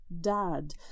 dad